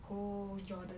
go Jordan